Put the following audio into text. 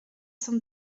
zum